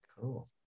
Cool